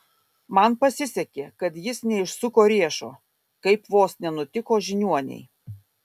man pasisekė kad jis neišsuko riešo kaip vos nenutiko žiniuonei